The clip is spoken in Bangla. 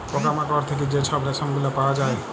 পকা মাকড় থ্যাইকে যে ছব রেশম গুলা পাউয়া যায়